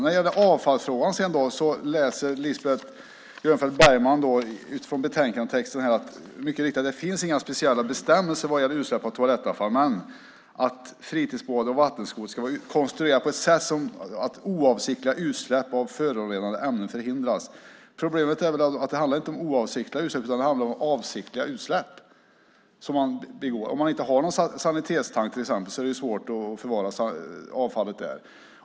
När det gäller avfallsfrågan säger Lisbeth Grönfeldt Bergman mycket riktigt, utifrån betänkandetexten, att det inte finns några speciella bestämmelser vad gäller utsläpp av toalettavfall men att fritidsbåtar och vattenskotrar ska vara konstruerade på ett sådant sätt att oavsiktliga utsläpp av förorenade ämnen förhindras. Problemet är att det inte handlar om oavsiktliga utsläpp utan om avsiktliga utsläpp. Om man exempelvis inte har någon sanitetstank är det svårt att förvara avfallet där.